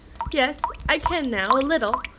yes, i can now, a little.